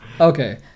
Okay